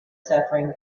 suffering